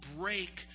break